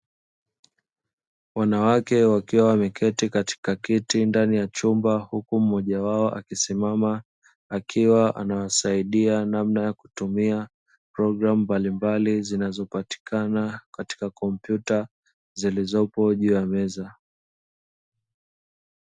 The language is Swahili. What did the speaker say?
Wanawake wakiwa wameketi katika kiti ndani ya chumba, huku mmoja wao akisimama akiwa anawasaidia namna ya kutumia programu mbalimbali, zinazopatikana katika kompyuta zilizopo juu ya meza.